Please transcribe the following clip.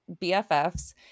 BFFs